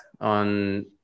on